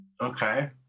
Okay